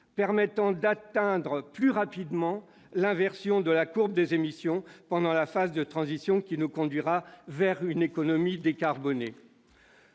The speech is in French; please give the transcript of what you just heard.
permettant d'atteindre plus rapidement l'inversion de la courbe des émissions pendant la phase de transition qui nous conduira vers une économie décarbonée.